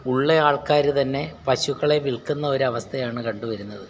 ഉള്ള ആൾക്കാർ തന്നെ പശുക്കളെ വിൽക്കുന്ന ഒരവസ്ഥയാണ് കണ്ടുവരുന്നത്